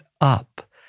up